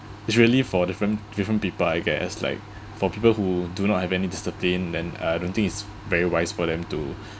it's really for different different people I guess like for people who do not have any discipline than I don't think it's very wise for them to